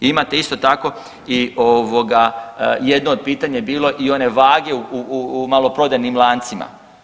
Imate isto tako i ovoga, jedno od pitanja je bilo i one vage u maloprodajnim lancima.